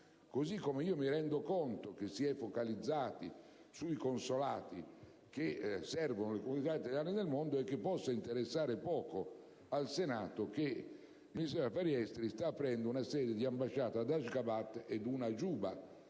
modo, mi rendo conto che si è focalizzata l'attenzione sui consolati che servono alle comunità italiane nel mondo, e possa interessare poco al Senato che il Ministero degli affari esteri sta aprendo una sede di ambasciata ad Ashgabat ed una a Giuba.